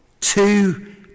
two